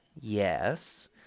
Yes